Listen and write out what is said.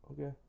Okay